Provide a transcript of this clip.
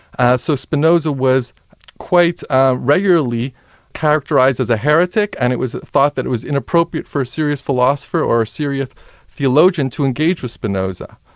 so spinoza was quite ah regularly characterised as a heretic, and it was thought that it was inappropriate for a serious philosopher or a serious theologian to engage with spinoza.